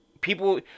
people